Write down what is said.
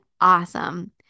awesome